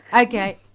Okay